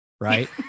Right